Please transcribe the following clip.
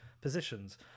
positions